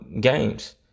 games